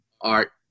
art